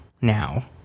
now